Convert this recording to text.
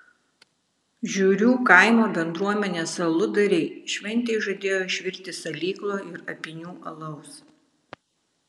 žiurių kaimo bendruomenės aludariai šventei žadėjo išvirti salyklo ir apynių alaus